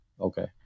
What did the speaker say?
Okay